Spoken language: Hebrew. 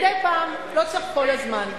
מדי פעם, לא צריך כל הזמן.